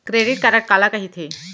Credit card काला कहिथे?